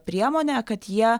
priemonė kad jie